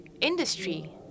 industry